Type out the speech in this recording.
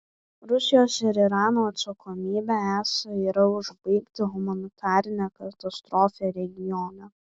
rusijos ir irano atsakomybė esą yra užbaigti humanitarinę katastrofą regione